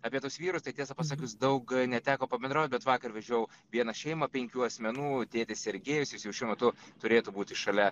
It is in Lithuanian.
apie tuos vyrus tai tiesą pasakius daug neteko pabendraut bet vakar vežiau vieną šeimą penkių asmenų tėtis sergėjus jis jau šiuo metu turėtų būti šalia